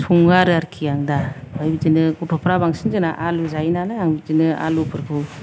सङो आरो आरोखि आं दा ओमफाय बिदिनो गथ'फ्रा बांसिन जोंना आलु जायो नालाय आं बिदिनो आलु फोरखौ